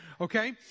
okay